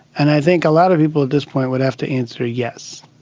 and i think a lot of people at this point would have to answer yes.